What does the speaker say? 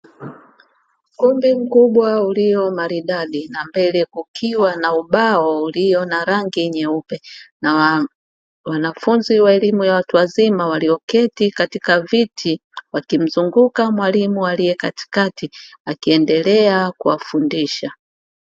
Ukumbi mkubwa ulio maridadi na mbele kukiwa na ubao ulio na rangi nyeupe, na wanafunzi wa elimu ya watu wazima walioketi katika viti wakimzunguka mwalimu aliye kati kati akiendelea kuwafundisha.